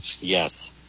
Yes